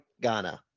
Ghana